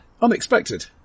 unexpected